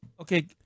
Okay